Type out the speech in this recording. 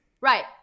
Right